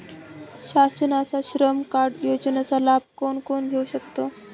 शासनाच्या श्रम कार्ड योजनेचा लाभ कोण कोण घेऊ शकतो?